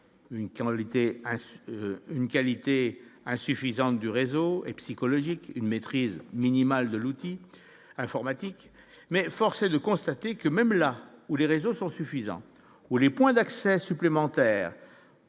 une qualité insuffisante du réseau et psychologique, une maîtrise minimale de l'outil informatique, mais force est de constater que même là où les réseaux sont suffisants ou les points d'accès supplémentaires